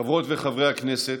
חברות וחברי הכנסת,